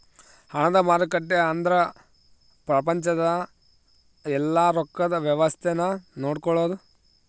ಹಣದ ಮಾರುಕಟ್ಟೆ ಅಂದ್ರ ಪ್ರಪಂಚದ ಯೆಲ್ಲ ರೊಕ್ಕದ್ ವ್ಯವಸ್ತೆ ನ ನೋಡ್ಕೊಳೋದು